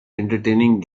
entertaining